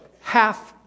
half